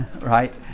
Right